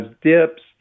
dips